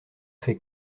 fait